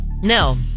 No